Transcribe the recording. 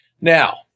Now